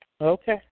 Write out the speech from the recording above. Okay